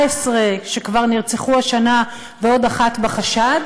19 שכבר נרצחו השנה ועוד אחת בחשד: